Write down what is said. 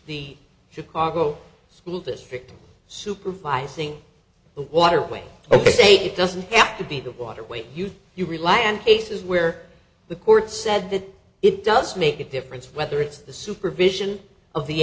the chicago school district supervising the waterway ok it doesn't have to be that waterway you rely on it is where the court said that it does make a difference whether it's the supervision of the